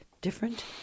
different